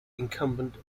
incumbent